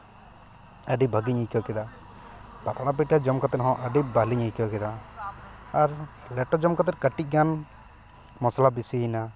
ᱟᱹᱰᱤ ᱵᱷᱟᱹᱜᱤᱧ ᱟᱹᱭᱠᱟᱹᱣ ᱠᱮᱫᱟ ᱯᱟᱛᱲᱟ ᱯᱤᱴᱷᱟᱹ ᱡᱚᱢ ᱠᱟᱛᱮ ᱦᱚᱸ ᱟᱹᱰᱤ ᱵᱷᱟᱞᱮᱧ ᱟᱹᱭᱠᱟᱹᱣ ᱠᱮᱫᱟ ᱟᱨ ᱞᱮᱴᱚ ᱡᱚᱢ ᱠᱟᱛᱮ ᱠᱟᱹᱴᱤᱡ ᱜᱟᱱ ᱢᱚᱥᱞᱟ ᱵᱤᱥᱤᱭᱮᱱᱟ